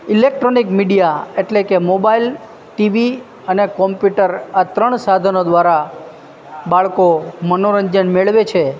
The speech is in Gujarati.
ઇલેક્ટ્રોનિક મીડિયા એટલે કે મોબાઈલ ટીવી અને કોમ્પ્યુટર આ ત્રણ સાધનો દ્વારા બાળકો મનોરંજન મેળવે છે